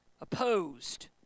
opposed